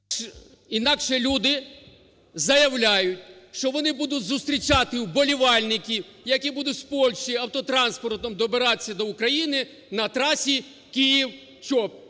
Інакше люди заявляють, що вони будуть зустрічати вболівальників, які будуть з Польщі автотранспортом добиратися до України, на трасі Київ-Чоп.